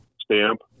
stamp